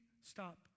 stop